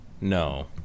no